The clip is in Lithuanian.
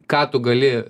ką tu gali